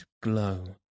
glow